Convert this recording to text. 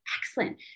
Excellent